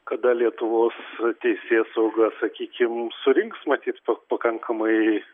kada lietuvos teisėsauga sakykim surinks matyt pakankamai